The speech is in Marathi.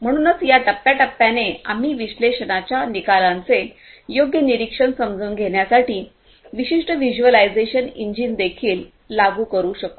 म्हणूनच या टप्प्याटप्प्याने आम्ही विश्लेषणाच्या निकालांचे योग्य निरीक्षण समजून घेण्यासाठी विशिष्ट व्हिज्युअलायझेशन इंजिन देखील लागू करू शकू